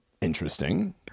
Interesting